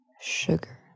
Sugar